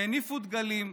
שהניפו דגלים,